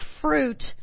fruit